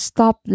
Stop